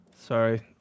Sorry